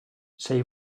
sei